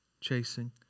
chasing